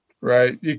right